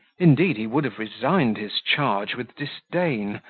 indeed, he would have resigned his charge with disdain,